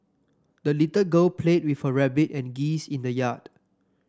the little girl played with her rabbit and geese in the yard